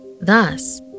Thus